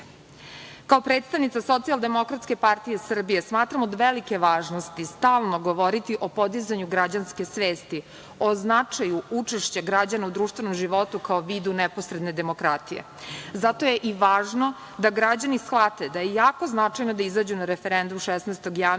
predstavnica SDPS smatram od velike važnosti stalno govoriti o podizanju građanske svesti, o značaju učešća građana u društvenom životu, kao vidu neposredne demokratije. Zato je i važno da građani shvate da je jako važno da izađu na referendum 16. januara